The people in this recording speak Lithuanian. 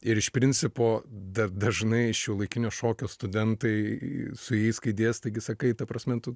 ir iš principo dar dažnai šiuolaikinio šokio studentai su jais kai dėstai gi sakai ta prasme tu